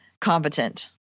Competent